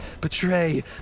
betray